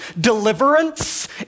deliverance